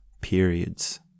periods